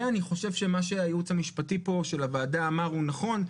ואני חושב שמה שהייעוץ המשפטי פה של הוועדה אמר הוא נכון.